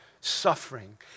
suffering